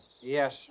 Yes